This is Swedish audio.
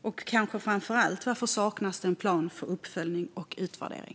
Och kanske framför allt: Varför saknas det en plan för uppföljning och utvärdering?